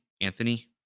Anthony